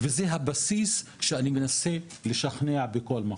וזה הבסיס שאני מנסה לשכנע בכל מקום,